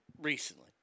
recently